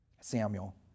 samuel